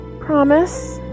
Promise